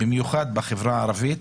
במיוחד בחברה הערבית,